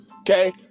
Okay